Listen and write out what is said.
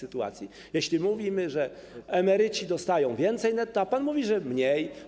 My mówimy, że emeryci dostają więcej netto, a pan mówi, że mniej.